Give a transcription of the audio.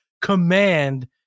command